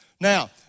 Now